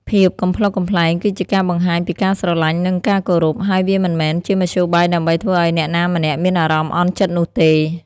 ភាពកំប្លុកកំប្លែងគឺជាការបង្ហាញពីការស្រលាញ់និងការគោរព ហើយវាមិនមែនជាមធ្យោបាយដើម្បីធ្វើឱ្យអ្នកណាម្នាក់មានអារម្មណ៍អន់ចិត្តនោះទេ។